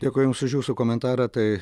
dėkoju jums už jūsų komentarą tai